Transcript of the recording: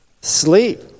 sleep